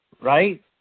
right